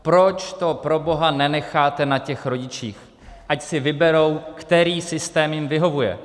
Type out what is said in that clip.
Proč to proboha nenecháte na rodičích, ať si vyberou, který systém jim vyhovuje?